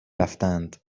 رفتند